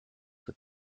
with